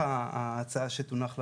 בתוך ההצעה שתונח לוועדה,